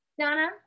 Donna